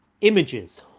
images